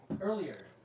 earlier